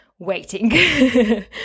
waiting